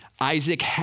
Isaac